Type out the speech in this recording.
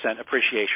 appreciation